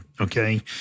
Okay